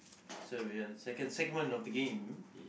so we have a second segment of the game